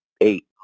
eight